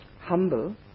humble